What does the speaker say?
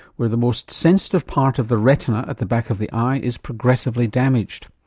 where the most sensitive part of the retina at the back of the eye is progressively damaged.